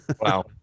wow